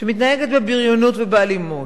שמתנהגת בבריונות ובאלימות,